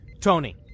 Tony